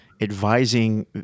advising